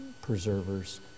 preservers